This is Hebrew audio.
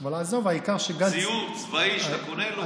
אבל עזוב, העיקר שגנץ, ציוד צבאי שאתה קונה לו.